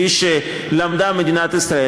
כפי שלמדה מדינת ישראל,